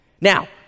Now